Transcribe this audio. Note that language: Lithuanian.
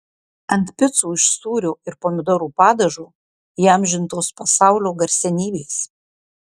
ant picų iš sūrio ir pomidorų padažo įamžintos pasaulio garsenybės